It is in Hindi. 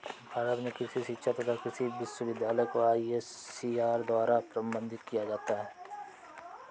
भारत में कृषि शिक्षा तथा कृषि विश्वविद्यालय को आईसीएआर द्वारा प्रबंधित किया जाता है